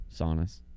Saunas